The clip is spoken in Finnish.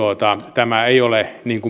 tämä ei ole